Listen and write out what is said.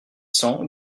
cents